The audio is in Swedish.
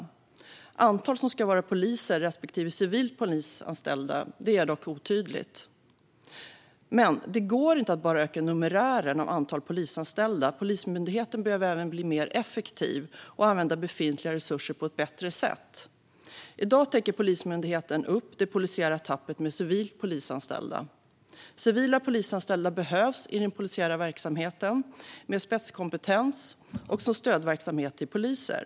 Det antal som ska vara poliser respektive civila polisanställda är dock otydligt. Men det går inte att bara öka numerären av polisanställda. Polismyndigheten behöver även bli mer effektiv och använda befintliga resurser på ett bättre sätt. I dag täcker Polismyndigheten upp det polisiära tappet med civila polisanställda. Civila polisanställda med spetskompetens behövs i den polisiära verksamheten och som stödverksamhet till poliser.